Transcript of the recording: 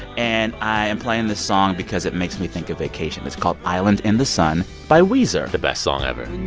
and i am playing this song because it makes me think of vacation. it's called island in the sun by weezer the best song ever